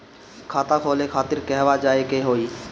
खाता खोले खातिर कहवा जाए के होइ?